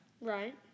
Right